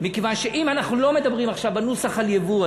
כיוון שאם אנחנו לא מדברים עכשיו בנוסח על ייבוא,